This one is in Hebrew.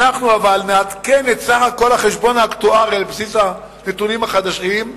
אנחנו אבל נעדכן את סך כל החשבון האקטוארי על בסיס הנתונים החדשים,